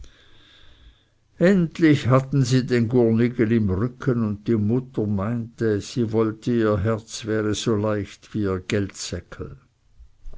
endlich hatten sie den gurnigel im rücken und die mutter meinte sie wollte ihr herz wäre so leicht wie